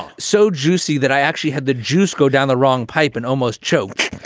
so juicy that i actually had the juice go down the wrong pipe and almost choke